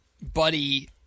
Buddy